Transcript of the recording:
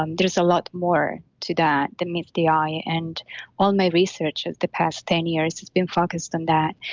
um there is a lot more to that than meets the eye. and all my research since the past ten years has been focused on that.